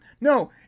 no